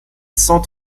cent